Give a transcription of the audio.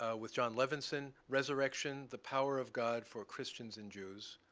ah with jon levenson, resurrection, the power of god for christians and jews